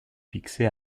fixé